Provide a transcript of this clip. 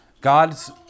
God's